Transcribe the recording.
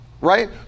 right